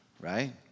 Right